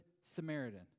Samaritan